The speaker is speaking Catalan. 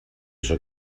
sóc